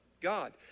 God